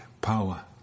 power